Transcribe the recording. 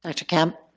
dr. kempe?